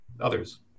Others